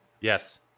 Yes